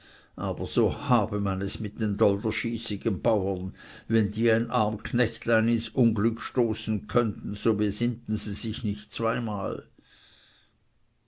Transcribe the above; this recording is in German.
aber so habe man es mit den dolderschießigen bauren wenn die ein arm knechtlein ins unglück stoßen könnten so bsinnten sie sich nicht zweimal